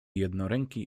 jednoręki